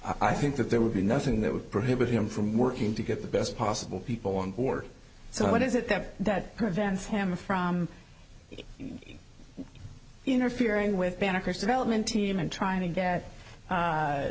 i think that there would be nothing that would prohibit him from working to get the best possible people on board so what is it that that prevents him from interfering with banneker's development team and trying to get